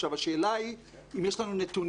עכשיו השאלה היא אם יש לנו נתונים,